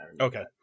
Okay